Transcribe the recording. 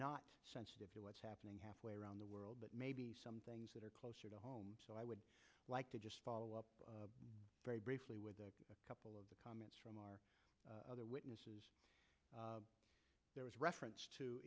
not sensitive to what's happening halfway around the world but maybe some things that are closer to home so i would like to just follow up very briefly with a couple of the comments from our other witnesses there was reference to